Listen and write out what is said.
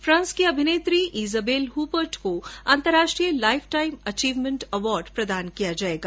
France की अभिनेत्री Isabelle Huppert को अन्तर्राष्ट्रीय लाईफटाईम अचीवमेंट अवार्ड प्रदान किया जाएगा